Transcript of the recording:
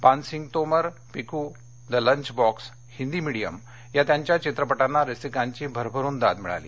पान Singh Tomar Piku the lunch box Hindi medium या त्यांच्या चित्रपटांना रसिकांची भरभरून दाद मिळाली